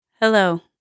Hello